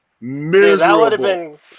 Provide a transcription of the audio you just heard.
Miserable